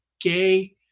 gay